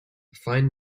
fine